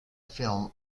film